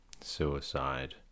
suicide